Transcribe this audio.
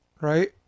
right